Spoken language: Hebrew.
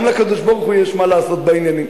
גם לקדוש-ברוך-הוא יש מה לעשות בעניינים,